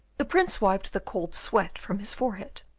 the prince wiped the cold sweat from his forehead,